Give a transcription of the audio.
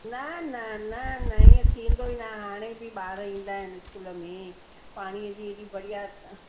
न न न न ईंअ थींदो ई नाहे हाणे बि ॿार ईंदा आहिनि स्कूल में पाणीअ जी एॾी बढ़िया